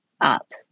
up